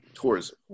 Tourism